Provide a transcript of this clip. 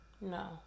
No